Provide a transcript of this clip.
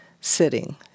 sitting